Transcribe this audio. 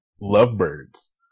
Lovebirds